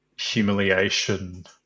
humiliation